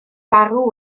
farw